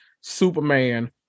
superman